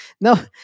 no